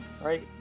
right